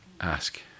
ask